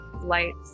lights